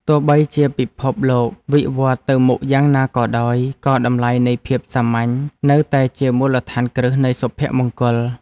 ទោះបីជាពិភពលោកវិវត្តទៅមុខយ៉ាងណាក៏ដោយ ក៏តម្លៃនៃភាពសាមញ្ញនៅតែជាមូលដ្ឋានគ្រឹះនៃសុភមង្គល។